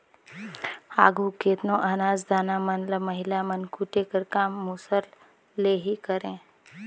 आघु केतनो अनाज दाना मन ल महिला मन कूटे कर काम मूसर ले ही करें